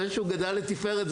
זה שהוא גדל לתפארת,